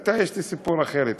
אתה, יש לי סיפור אחר אתך.